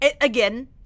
again